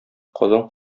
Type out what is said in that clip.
казан